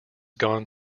gone